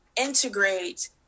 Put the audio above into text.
integrate